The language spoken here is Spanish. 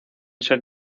ser